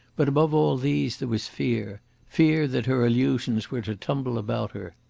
but above all these there was fear fear that her illusions were to tumble about her.